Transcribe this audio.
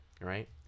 right